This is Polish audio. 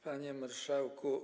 Panie Marszałku!